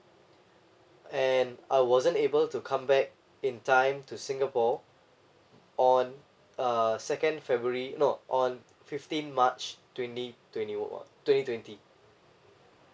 and I wasn't able to come back in time to singapore on uh second february no on fifteen march twenty twenty one twenty twenty